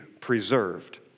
preserved